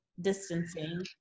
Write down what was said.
distancing